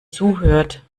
zuhört